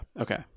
okay